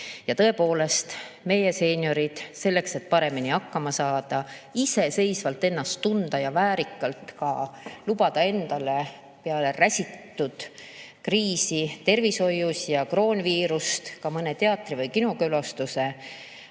tõepoolest, meie seeniorid, selleks et paremini hakkama saada, iseseisvalt ennast tunda ja väärikalt ka lubada endale peale räsitud kriisi tervishoius ja kroonviirust mõne teatri- või kinokülastuse,